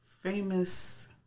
famous